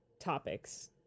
topics